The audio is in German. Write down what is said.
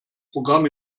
programm